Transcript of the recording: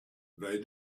they